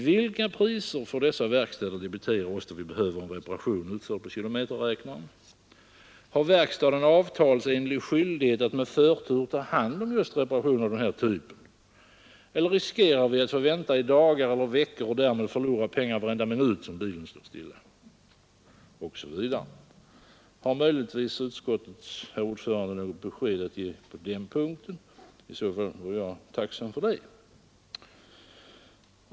Vilka priser får dessa verkstäder debitera oss, då vi behöver en reparation utförd på kilometerräknaren? Har verkstaden avtalsenlig skyldighet att med förtur ta hand om just reparationer av denna typ, eller riskerar vi att få vänta i dagar eller veckor och därmed förlora pengar varenda minut som bilen står stilla osv.? Har möjligtvis utskottets herr ordförande något besked att ge på den punkten? I så fall vore jag tacksam för det.